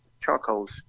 charcoal's